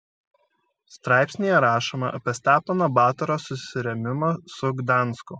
straipsnyje rašoma apie stepono batoro susirėmimą su gdansku